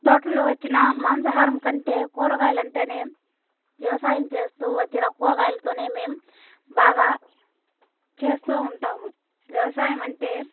తోటలో వచ్చిన మాంసాహారం కంటే కూరగాయలంటేనే వ్యవసాయం చేస్తూ వచ్చినా కూరగాయలతోనే మేమ్ బాగా చేస్తూ ఉంటాము వ్యవసాయం అంటే